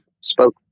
spoke